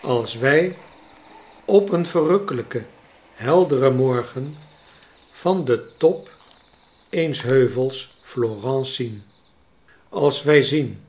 als wij op een verrukkelijken helderen morgen van den top eens heuvels florence zien als wij zien